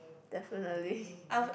definitely